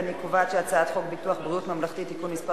אני קובעת שחוק ביטוח ממלכתי (תיקון מס'